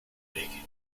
making